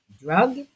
drug